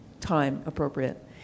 time-appropriate